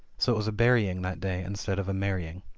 so it was a burying that day instead of a marrying.